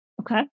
Okay